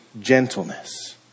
gentleness